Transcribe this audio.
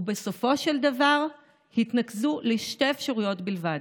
ובסופו של דבר התנקזו לשתי אפשרויות בלבד: